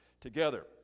together